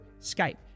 Skype